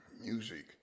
music